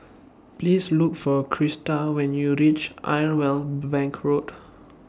Please Look For Christa when YOU REACH Irwell Bank Road